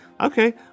okay